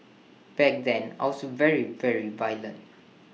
back then I was very very violent